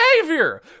behavior